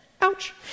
Ouch